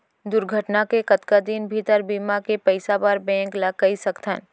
दुर्घटना के कतका दिन भीतर बीमा के पइसा बर बैंक ल कई सकथन?